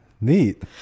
Neat